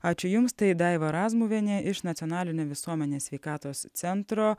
ačiū jums tai daiva razmuvienė iš nacionalinio visuomenės sveikatos centro